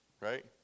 Right